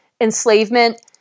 enslavement